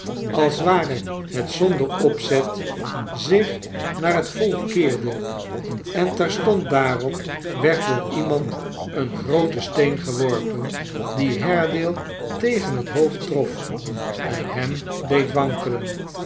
als ware het zonder opzet zich naar het volk keerde en terstond daarop werd door iemand een grooten steen geworpen die haredale tegen het hoofd trof en hem deed wankelen